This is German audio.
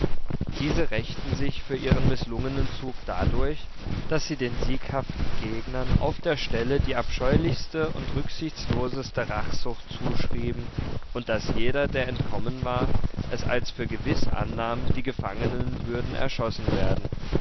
diese rächten sich für ihren mißlungenen zug dadurch daß sie den sieghaften gegnern auf der stelle die abscheulichste und rücksichtsloseste rachsucht zuschrieben und daß jeder der entkommen war es als für gewiß annahm die gefangenen würden erschossen werden